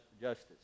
justice